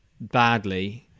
badly